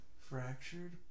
Fractured